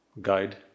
Guide